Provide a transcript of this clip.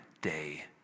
day